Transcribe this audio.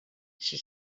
she